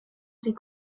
sie